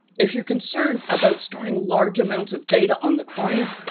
if you're concerned about storing large amounts of data on the client,